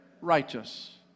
righteous